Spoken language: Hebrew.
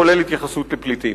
כולל התייחסות לפליטים.